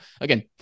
again